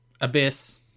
Abyss